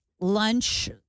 lunch